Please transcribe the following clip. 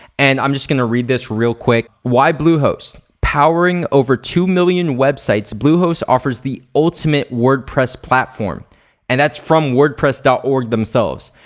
and i'm just gonna read this real quick. why bluehost? powering over two million websites, bluehost offers the ultimate wordpress platform and that's from wordpress dot org themselves.